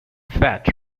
fat